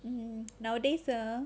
um nowadays ah